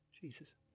Jesus